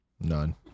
None